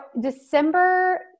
December